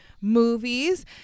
movies